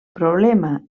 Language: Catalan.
problema